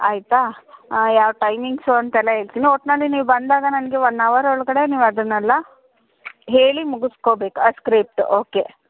ಆಯಿತಾ ಯಾವ ಟೈಮಿಂಗ್ಸು ಅಂತೆಲ್ಲ ಹೇಳ್ತಿನಿ ಒಟ್ಟಿನಲ್ಲಿ ನೀವು ಬಂದಾಗ ನನಗೆ ಒನ್ ಅವರ್ ಒಳಗಡೆ ನೀವು ಅದನ್ನೆಲ್ಲ ಹೇಳಿ ಮುಗಿಸ್ಕೊಬೇಕು ಆ ಸ್ಕ್ರಿಪ್ಟ್ ಓಕೆ